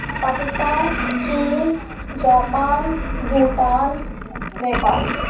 پاکستان چین جاپان بھوٹان نیپال